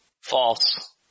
False